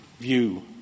view